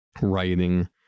writing